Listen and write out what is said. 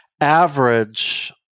average